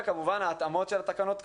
וכמובן, ההתאמות של תקנות קורונה,